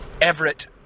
Everett